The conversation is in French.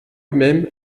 même